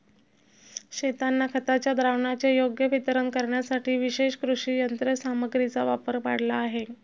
शेतांना खताच्या द्रावणाचे योग्य वितरण करण्यासाठी विशेष कृषी यंत्रसामग्रीचा वापर वाढला आहे